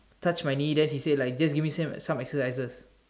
touch my knee then he say like just give my some extra medicine